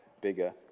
bigger